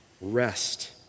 rest